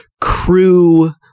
crew